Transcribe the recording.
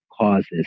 causes